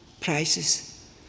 prices